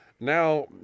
now